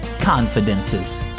confidences